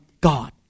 God